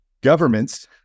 governments